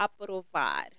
aprovar